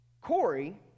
Corey